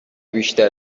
بیشتر